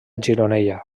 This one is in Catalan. gironella